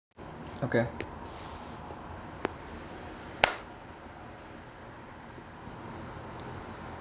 okay